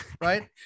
right